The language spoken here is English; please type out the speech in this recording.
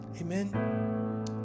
amen